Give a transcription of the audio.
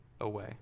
away